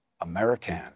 American